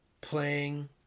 playing